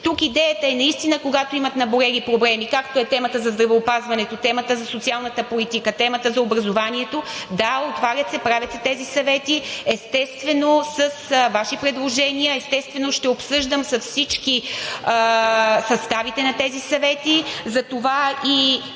Тук идеята е наистина, когато имат наболели проблеми, както е темата за здравеопазването, темата за социалната политика, темата за образованието. Да, отварят се, правят се тези съвети, естествено с Ваши предложения, естествено ще обсъждам с всички съставите на тези съвети.